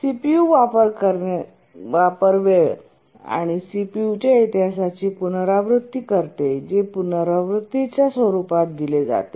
CPU वापर वेळ आणि सीपीयूच्या इतिहासाची पुनरावृत्ती करते जे पुनरावृत्तीच्या स्वरूपात दिले जाते